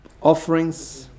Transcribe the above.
offerings